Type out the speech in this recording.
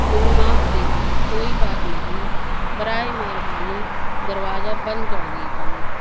مجھے معاف کیجیے کوئی بات نہیں برائے مہربانی دروازہ بند کر دیجیے